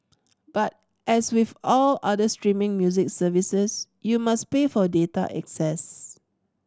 but as with all other streaming music services you must pay for data access